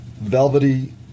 velvety